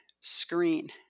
screen